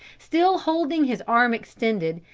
still holding his arm extended,